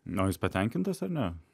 na o jus patenkina tas ar ne